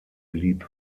blieb